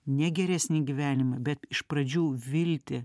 ne geresnį gyvenimą bet iš pradžių viltį